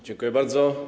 Dziękuję bardzo.